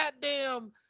goddamn